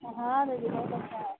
ओह हाँ दीदी बहुत अच्छा है